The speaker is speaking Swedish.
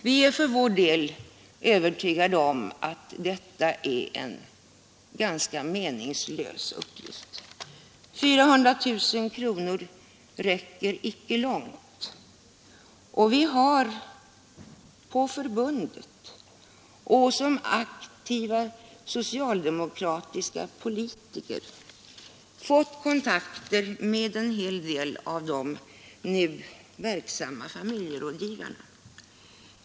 Vi är för vår del övertygade om att detta är en ganska meningslös uppgift. 400 000 kronor räcker inte långt, och vi har på förbundet — och som aktiva socialdemokratiska politiker — fått kontakter med en hel del av de nu verksamma familjerådgivarna.